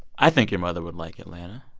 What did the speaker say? i think your mother would like atlanta.